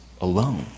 alone